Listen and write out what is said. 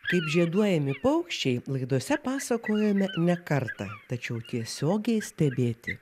kaip žieduojami paukščiai laidose pasakojome ne kartą tačiau tiesiogiai stebėti